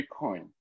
Bitcoin